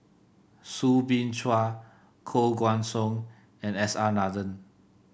Soo Bin Chua Koh Guan Song and S R Nathan